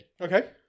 Okay